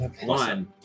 One